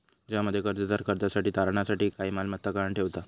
ज्यामध्ये कर्जदार कर्जासाठी तारणा साठी काही मालमत्ता गहाण ठेवता